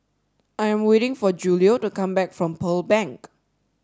I am waiting for Julio to come back from Pearl Bank